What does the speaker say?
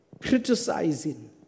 criticizing